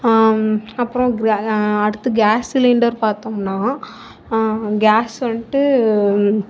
அப்றம் அடுத்து gas cylinder பார்த்தோம்னா கேஸு வந்துட்டு